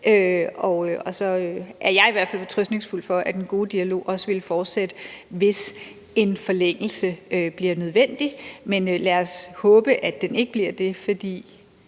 Og så er jeg i hvert fald fortrøstningsfuld, i forhold til at den gode dialog også vil fortsætte, hvis en forlængelse bliver nødvendig. Men lad os håbe, at den ikke bliver det. For